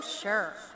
Sure